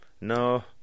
no